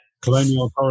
Colonial